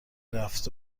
رفته